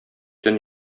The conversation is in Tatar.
төн